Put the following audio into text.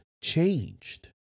changed